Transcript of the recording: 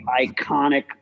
iconic